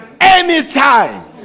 Anytime